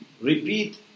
repeat